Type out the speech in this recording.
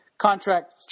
contract